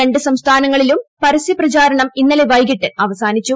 രണ്ട് സംസ്ഥാനങ്ങളിലും പരസ്യ പ്രചാരണം ഇന്നലെ വൈകിട്ട് അവസാനിച്ചു